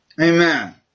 Amen